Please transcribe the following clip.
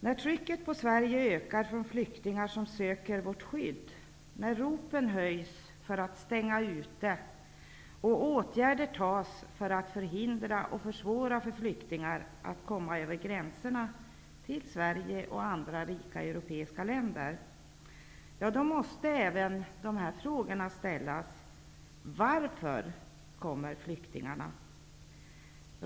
När trycket på Sverige ökar från flyktingar som söker vårt skydd, när ropen höjs för att stänga dem ute och för att åtgärder skall vidtas för att förhindra och fösvåra för dem att ta sig över grän serna till Sverige och andra rika europeiska län der, måste även en del frågor ställas. Varför kom mer flyktingarna?